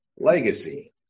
legacy